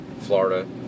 Florida